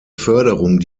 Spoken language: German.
förderung